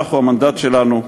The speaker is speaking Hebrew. התנ"ך הוא המנדט שלנו.